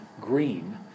green